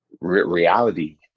reality